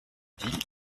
dit